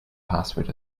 password